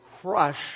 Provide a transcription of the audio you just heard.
crush